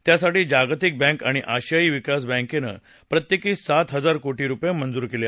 त्यासाठी जागतिक बँक आणि आशियाई विकास बँकेनं प्रत्येकी सात इजार कोटी रुपये मंजूर केले आहेत